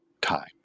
time